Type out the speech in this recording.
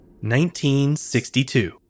1962